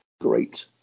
Great